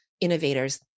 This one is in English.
innovators